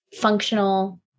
functional